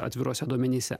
atviruose duomenyse